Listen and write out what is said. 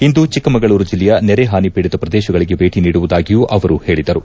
ಇಂದು ಚಿಕ್ಕಮಗಳೂರು ಜಿಲ್ಲೆಯ ನೆರೆ ಹಾನಿ ಪೀಡಿತ ಪ್ರದೇಶಗಳಿಗೆ ಭೇಟಿ ನೀಡುವುದಾಗಿಯೂ ಅವರು ಹೇಳಿದರು